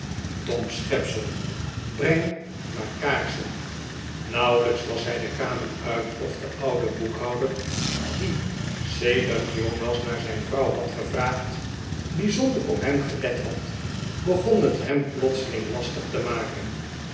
schepsel breng maar kaarsen nauwelijks was zij de kamer uit of de oude boekhouder die sedert jonas naar zijn vrouw had gevraagd bijzonder op hem gelet had begon het hem plotseling lastig te maken